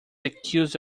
accused